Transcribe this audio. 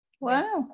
Wow